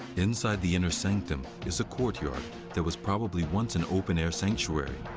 inside the inner sanctum is a courtyard that was probably once an open-air sanctuary.